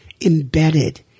embedded